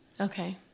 Okay